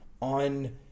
on